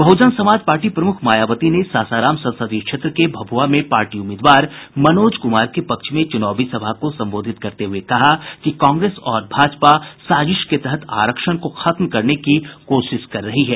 बहुजन Samaj Party प्रमुख मायावती ने सासाराम संसदीय क्षेत्र के भभुआ में पार्टी उम्मीदवार मनोज कुमार के पक्ष में चुनावी सभा को संबोधित करते हुये कहा कि कांग्रेस और भाजपा साजिश के तहत आरक्षण को खत्म करने की कोशिश कर रही है